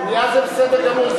במליאה זה בסדר גמור,